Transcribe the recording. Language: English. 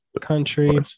country